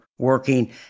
Working